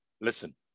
Listen